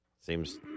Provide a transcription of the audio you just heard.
Seems